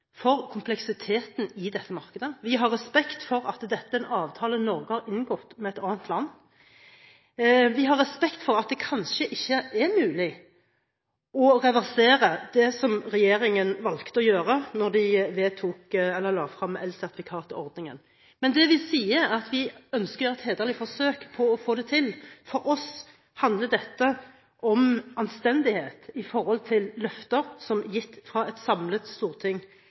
for kompleksiteten i dette markedet. Vi har respekt for at dette er en avtale Norge har inngått med et annet land. Vi har respekt for at det kanskje ikke er mulig å reversere det regjeringen valgte å gjøre da de vedtok, eller la frem, elsertifikatordningen. Men det vi sier, er at vi ønsker et hederlig forsøk på å få det til. For oss handler dette om anstendighet vedrørende løfter som er gitt fra et samlet storting,